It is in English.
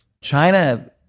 china